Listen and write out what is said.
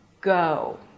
Go